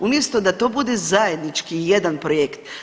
Umjesto da to bude zajednički jedan projekt.